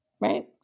right